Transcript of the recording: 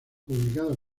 publicado